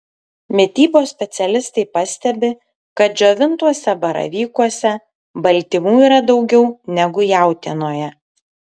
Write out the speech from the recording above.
mitybos specialistai pastebi kad džiovintuose baravykuose baltymų yra daugiau negu jautienoje